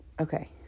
Okay